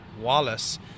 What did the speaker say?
Wallace